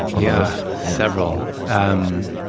yeah, several. um